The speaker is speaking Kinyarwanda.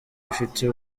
ifite